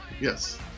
Yes